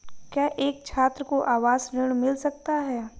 क्या एक छात्र को आवास ऋण मिल सकता है?